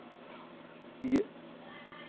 ᱤᱭᱟᱹ